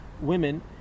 women